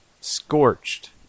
scorched